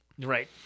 Right